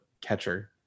catcher